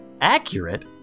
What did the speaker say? accurate